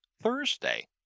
Thursday